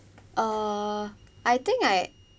uh I think I